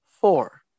four